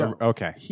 okay